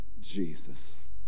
Jesus